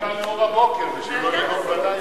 בבוקר, בלילה.